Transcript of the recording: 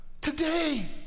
today